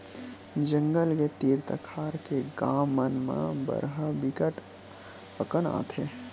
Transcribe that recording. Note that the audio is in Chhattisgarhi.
जंगल के तीर तखार के गाँव मन म बरहा बिकट अकन आथे